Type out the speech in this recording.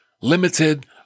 limited